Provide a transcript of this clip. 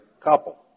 couple